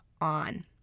on